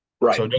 Right